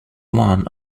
one